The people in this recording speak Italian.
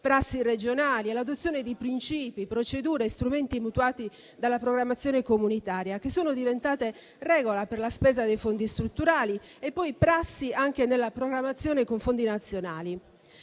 prassi regionali e l'adozione di principi, procedure e strumenti mutuati dalla programmazione comunitaria, che sono diventati regola per la spesa dei fondi strutturali e poi prassi, anche nella programmazione con fondi nazionali.